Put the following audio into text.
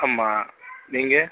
ஆமாம் நீங்கள்